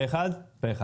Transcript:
הצבעה בעד הסעיפים